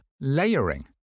Layering